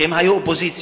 שהם היו אופוזיציה,